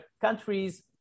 countries